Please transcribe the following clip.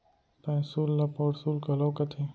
पैसुल ल परसुल घलौ कथें